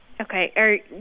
Okay